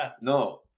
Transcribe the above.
No